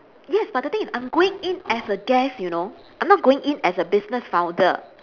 yes but the thing is I'm going in as a guest you know I'm not going in as a business founder